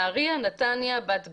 נהריה, נתניה, בת גלים,